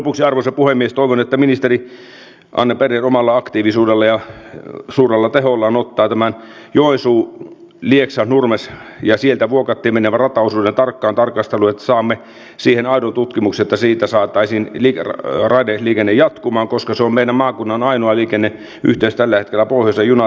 lopuksi arvoisa puhemies toivon että ministeri anne berner omalla aktiivisuudellaan ja suurella tehollaan ottaa tämän joensuulieksanurmes välin ja sieltä vuokattiin menevän rataosuuden tarkkaan tarkasteluun että saamme siihen aidon tutkimuksen että siitä saataisiin raideliikenne jatkumaan koska se on meidän maakuntamme ainoa liikenneyhteys tällä hetkellä pohjoiseen junateitse